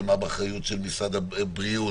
מה באחריות של משרד הבריאות,